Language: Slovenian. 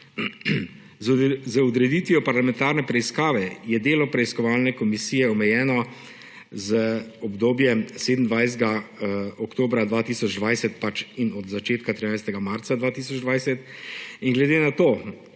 Z odreditvijo parlamentarne preiskave je delo preiskovalne komisije omejeno z obdobjem do 27. oktobra 2020 in od začetka, 13. marca 2020. Glede na to,